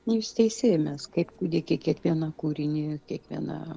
jūs teisi mes kaip kūdikį kiekvieną kūrinį kiekvieną